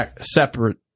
separate